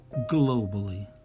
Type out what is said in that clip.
globally